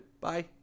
Bye